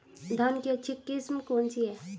धान की अच्छी किस्म कौन सी है?